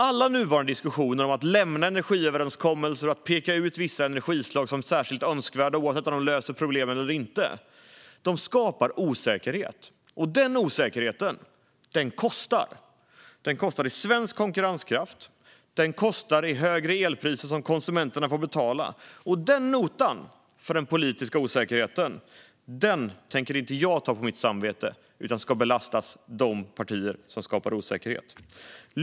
Alla nuvarande diskussioner om att lämna energiöverenskommelser och att peka ut vissa energislag som särskilt önskvärda, oavsett om de löser problem eller inte, skapar osäkerhet. Den osäkerheten kostar i svensk konkurrenskraft och i högre elpriser som konsumenterna får betala. Notan för den politiska osäkerheten tänker inte jag ta på mitt samvete utan ska belasta de partier som skapar osäkerhet.